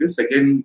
second